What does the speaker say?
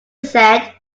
said